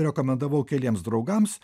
rekomendavau keliems draugams